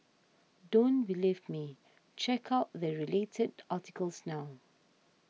don't believe me check out the related articles now